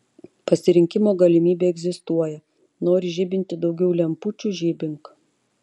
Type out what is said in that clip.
pasirinkimo galimybė egzistuoja nori žibinti daugiau lempučių žibink